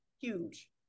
huge